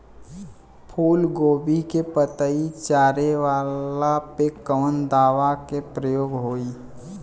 फूलगोभी के पतई चारे वाला पे कवन दवा के प्रयोग होई?